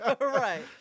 Right